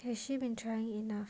has she been trying enough